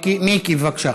מיקי לוי, בבקשה.